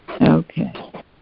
Okay